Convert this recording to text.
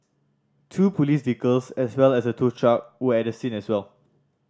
two police vehicles as well as a tow truck were at the scene as well